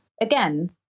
again